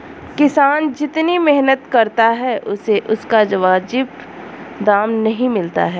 किसान जितनी मेहनत करता है उसे उसका वाजिब दाम नहीं मिलता है